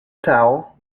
towel